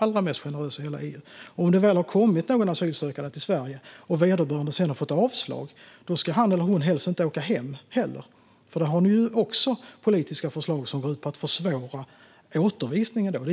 Om en asylsökande väl har kommit till Sverige och vederbörande sedan fått avslag ska han eller hon helst inte åka hem. Det har ni också politiska förslag om, som går ut på att försvåra återvisningar.